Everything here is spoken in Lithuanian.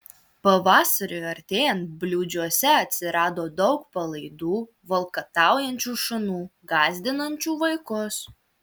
pavasariui artėjant bliūdžiuose atsirado daug palaidų valkataujančių šunų gąsdinančių vaikus